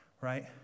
Right